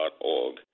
org